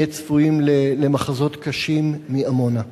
נהיה צפויים למחזות קשים יותר מאשר היו בעמונה.